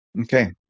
Okay